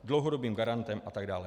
Dlouhodobým garantem atd...